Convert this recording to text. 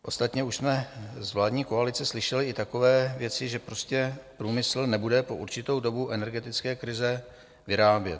Ostatně už jsme z vládní koalice slyšeli i takové věci, že prostě průmysl nebude po určitou dobu energetické krize vyrábět.